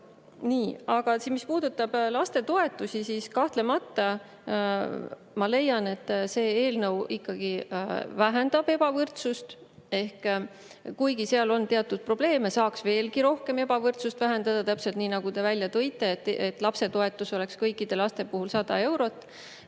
Nii. Aga mis puudutab lapsetoetusi, siis kahtlemata ma leian, et see eelnõu ikkagi vähendab ebavõrdsust. Kuigi seal on teatud probleeme ja saaks veelgi rohkem ebavõrdsust vähendada, täpselt nii nagu te välja tõite, et lapsetoetus oleks kõikide laste puhul 100 eurot.